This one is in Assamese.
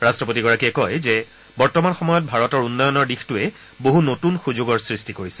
ৰাট্ট্ৰপতিগৰাকীয়ে কয় যে বৰ্তমান সময়ত ভাৰতৰ উন্নয়নৰ দিশটোৱে বহু নতুন সুযোগৰ সৃষ্টি কৰিছে